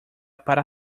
para